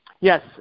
Yes